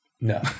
No